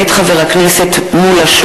מאת חבר הכנסת שלמה מולה,